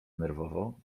nerwowo